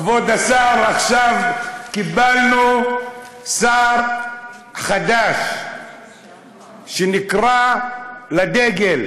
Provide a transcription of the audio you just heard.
כבוד השר, עכשיו קיבלנו שר חדש שנקרא לדגל,